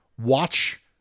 watch